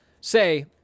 say